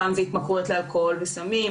פעם זה התמכרויות לאלכוהול וסמים,